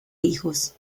hijos